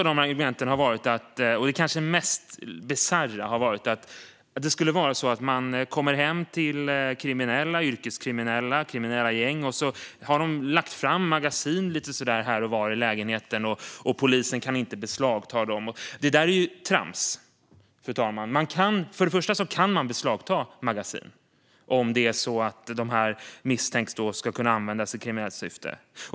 Det kanske mest bisarra har varit att man skulle komma hem till yrkeskriminella och kriminella gäng som har lagt fram magasin lite här och var i lägenheten, och så kan polisen inte beslagta dem. Det där är trams, fru talman. För det första kan man beslagta magasin om de misstänks kunna användas i kriminellt syfte.